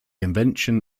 invention